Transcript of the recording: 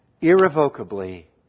irrevocably